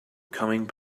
coming